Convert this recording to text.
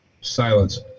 silence